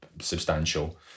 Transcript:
substantial